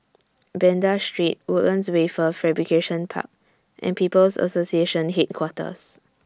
Banda Street Woodlands Wafer Fabrication Park and People's Association Headquarters